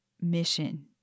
mission